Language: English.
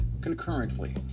concurrently